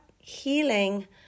healing